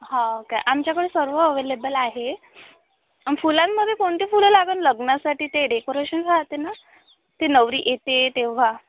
हो का आमच्याकडे सर्व अवेलेबल आहे फुलांमध्ये कोणते फुलं लागेल लग्नासाठी ते डेकोरेशन राहते ना ते नवरी येते तेव्हा